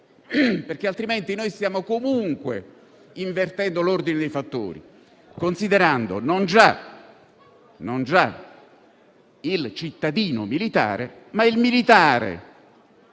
Altrimenti, staremmo comunque invertendo l'ordine dei fattori, considerando non già il cittadino militare, ma il militare,